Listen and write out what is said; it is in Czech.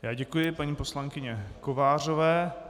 Já děkuji paní poslankyni Kovářové.